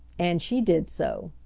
and she did so.